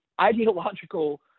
ideological